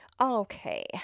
Okay